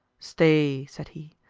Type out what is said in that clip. stay, said he,